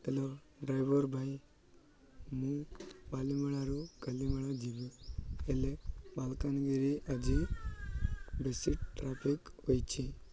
hello driver ଭାଇ ମୁଁ ବାଲିମଳାରୁ କାଲିମଳା ଯିବି ହେଲେ ମାଲକାନଗିରି ଆଜି ବେଶୀ ଟ୍ରାଫିକ୍ ହୋଇଛିି